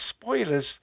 spoilers